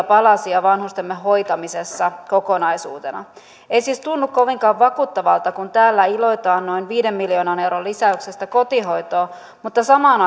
palasia vanhustemme hoitamisessa kokonaisuutena ei siis tunnu kovinkaan vakuuttavalta kun täällä iloitaan noin viiden miljoonan euron lisäyksestä kotihoitoon mutta samaan